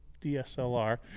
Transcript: DSLR